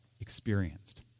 experienced